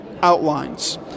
outlines